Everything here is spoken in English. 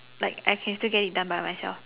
like I can still get it done by myself